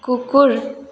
कुकुर